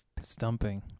stumping